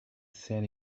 sat